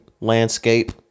landscape